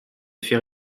fait